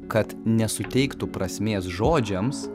kad nesuteiktų prasmės žodžiams